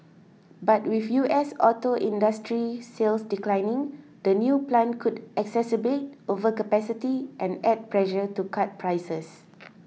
but with U S auto industry sales declining the new plant could exacerbate overcapacity and add pressure to cut prices